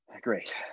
Great